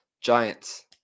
Giants